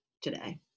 today